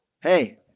Hey